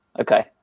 okay